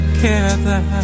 Together